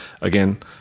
Again